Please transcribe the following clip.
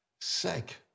Sick